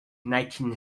nineteen